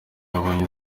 yabonye